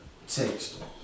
text